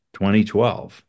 2012